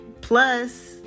plus